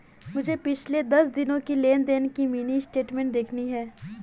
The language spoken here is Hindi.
मुझे पिछले दस दिनों की लेन देन की मिनी स्टेटमेंट देखनी है